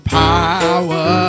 power